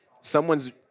someone's